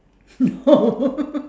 oh